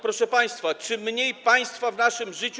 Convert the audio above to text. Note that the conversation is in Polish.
Proszę państwa, czym mniej państwa w naszym życiu.